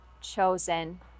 chosen